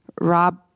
Rob